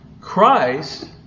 Christ